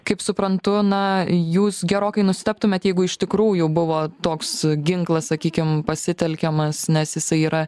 kaip suprantu na jūs gerokai nustebtumėt jeigu iš tikrųjų buvo toks ginklas sakykim pasitelkiamas nes jisai yra